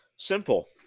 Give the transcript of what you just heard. Simple